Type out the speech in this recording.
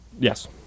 Yes